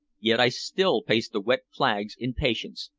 yet i still paced the wet flags in patience,